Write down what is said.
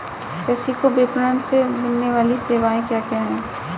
कृषि को विपणन से मिलने वाली सेवाएँ क्या क्या है